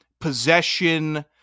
possession